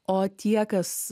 o tie kas